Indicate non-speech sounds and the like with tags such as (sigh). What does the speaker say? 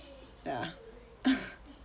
ya (laughs)